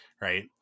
Right